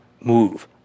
move